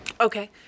Okay